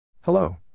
Hello